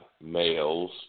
males